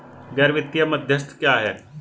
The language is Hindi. गैर वित्तीय मध्यस्थ क्या हैं?